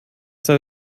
sei